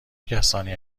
کسانی